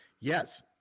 Yes